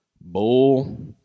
Bull